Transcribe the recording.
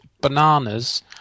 Bananas